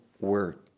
word